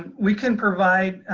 we can provide,